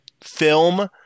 film